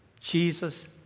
Jesus